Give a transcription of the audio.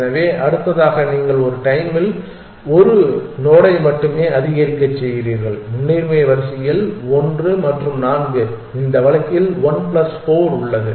எனவே அடுத்ததாக நீங்கள் ஒரு டைம்மில் ஒரு நோடை மட்டுமே அதிகரிக்கச் செய்கிறீர்கள் முன்னுரிமை வரிசையில் ஒன்று மற்றும் நான்கு இந்த வழக்கில் 1 பிளஸ் 4 உள்ளது